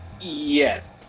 Yes